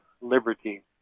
liberty